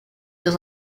dans